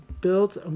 built